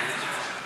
את